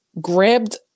grabbed